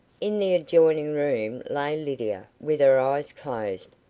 in the adjoining room lay lydia, with her eyes closed,